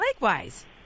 Likewise